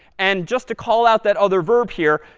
and just to call out that other verb here,